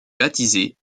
baptiser